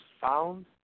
found